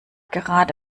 gerade